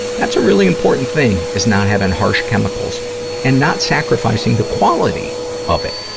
that's a really important thing, is not having harsh chemicals and not sacrificing the quality of it.